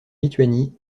lituanie